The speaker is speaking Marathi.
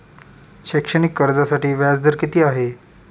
शैक्षणिक कर्जासाठी व्याज दर किती आहे?